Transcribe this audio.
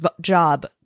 job